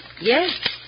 Yes